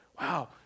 wow